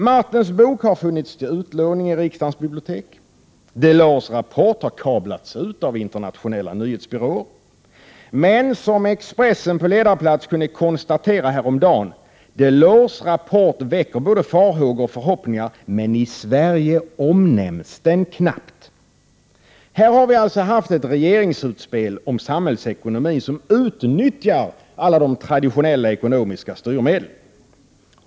Martens bok har funnits till utlåning i riksdagens bibliotek, Delors rapport har kablats ut av internationella nyhetsbyråer, men som Expressen på ledarplats kunde konstatera häromdagen: ”Delors rapport väcker både farhågor och förhoppningar — men i Sverige omnämns den knappt.” Här har vi alltså haft ett regeringsutspel om samhällsekonomin som utnyttjar alla de traditionella ekonomiska styrmedlen.